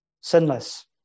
sinless